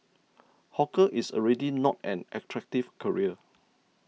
hawker is already not an attractive career